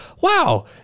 wow